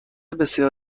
بسیار